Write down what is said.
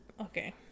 okay